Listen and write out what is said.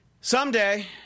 someday